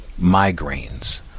migraines